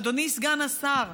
אדוני סגן השר.